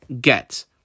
get